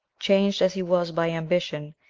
changed as he was by ambition,